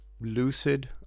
lucid